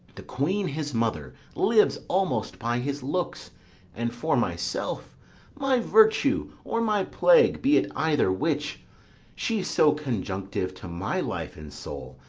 the queen his mother lives almost by his looks and for myself my virtue or my plague, be it either which she's so conjunctive to my life and soul,